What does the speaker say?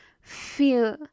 feel